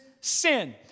sin